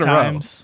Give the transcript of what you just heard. times